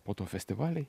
po to festivaliai